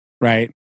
right